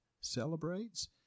celebrates